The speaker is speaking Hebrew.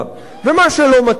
ומה שלא מתאים,